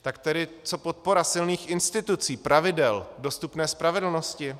Tak tedy co podpora silných institucí, pravidel, dostupné spravedlnosti?